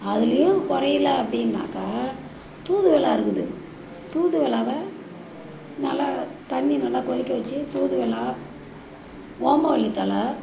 அதுலேயும் குறையில அப்படின்னாக்கா தூதுவளை இருக்குது தூதுவளாவை நல்லா தண்ணி நல்லா கொதிக்க வச்சு தூதுவளை ஓமவள்ளித் தழை